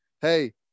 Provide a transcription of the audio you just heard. hey